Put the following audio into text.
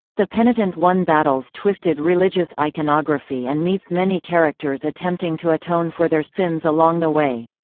the penitent one battles twisted religious iconography and meets many characters attempting to atone for their sins along the way.